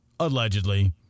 Allegedly